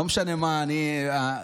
לא משנה מה אני בחבר'ה,